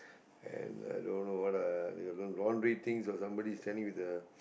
and i don't know what are there are all these things of somebody is standing with a